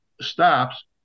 stops